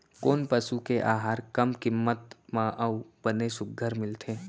कोन पसु के आहार कम किम्मत म अऊ बने सुघ्घर मिलथे?